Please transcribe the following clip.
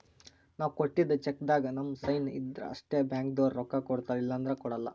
ನಾವ್ ಕೊಟ್ಟಿದ್ದ್ ಚೆಕ್ಕ್ದಾಗ್ ನಮ್ ಸೈನ್ ಇದ್ರ್ ಅಷ್ಟೇ ಬ್ಯಾಂಕ್ದವ್ರು ರೊಕ್ಕಾ ಕೊಡ್ತಾರ ಇಲ್ಲಂದ್ರ ಕೊಡಲ್ಲ